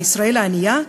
מישראל הענייה,